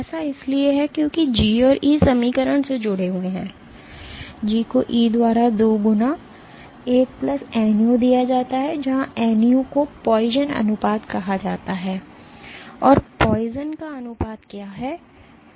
ऐसा इसलिए है क्योंकि G और E समीकरण से जुड़े हुए हैं g को E द्वारा 2 गुना 1 nu दिया जाता है जहाँ nu को Poisson अनुपात कहा जाता है और Poisson का अनुपात क्या है